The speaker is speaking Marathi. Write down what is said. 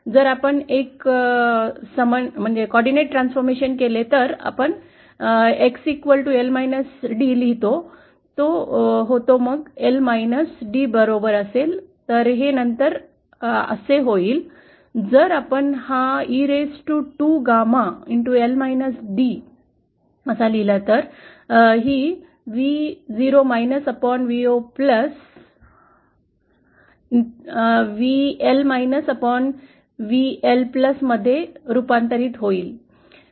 जर आपण एक समन्वयित परिवर्तन केले तर आपण x l d लिहितो तो L d बरोबर असेल तर हे नंतर असे होईल जर आपण हा e raised to 2 gama तर ही Vo upon Vo VL VL मध्ये रूपांतरित होईल